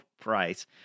price